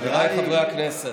חבריי חברי הכנסת,